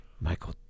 Michael